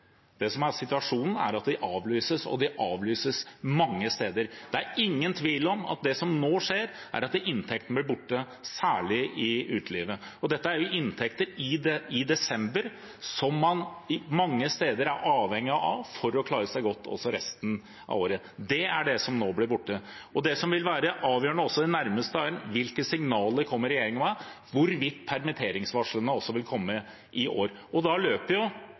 Det som er situasjonen, er at de avlyses – og de avlyses mange steder. Det er ingen tvil om at det som nå skjer, er at inntektene blir borte, særlig i utelivet. Dette er inntekter i desember, og som man mange steder er avhengig av for å klare seg godt også resten av året. Det er det som nå blir borte. Det som vil være avgjørende i den nærmeste tiden for hvorvidt permitteringsvarslene også vil komme i år, er hvilke signaler regjeringen kommer med. Da løper